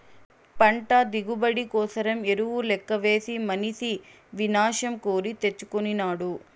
పంట దిగుబడి కోసరం ఎరువు లెక్కవేసి మనిసి వినాశం కోరి తెచ్చుకొనినాడు